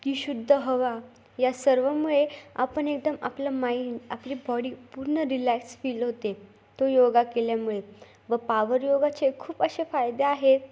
ती शुद्ध हवा या सर्वांमुळे आपण एकदम आपलं माईंड आपली बॉडी पूर्ण रिलॅक्स फील होते तो योगा केल्यामुळे व पावर योगाचे खूप असे फायदे आहेत